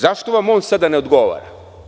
Zašto vam on sada ne odgovara?